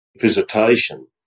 visitation